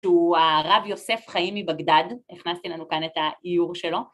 שהוא הרב יוסף חיים מבגדד, הכנסתי לנו כאן את האיור שלו.